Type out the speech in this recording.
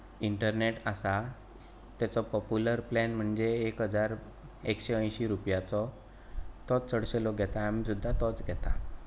internet आसा ताचो popular plan म्हणजें एक हजार एकशें अयंशी रुपयांचो तोच चडशे लोक घेतात आमी सुद्दा तोच घेतात